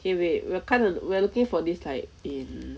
eh wait we are kind of we're looking for this like A_V